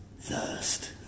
thirst